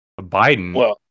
Biden